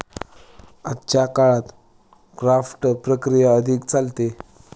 आजच्या काळात क्राफ्ट प्रक्रिया अधिक चालते